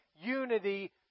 unity